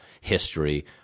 history